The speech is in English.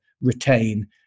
retain